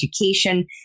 education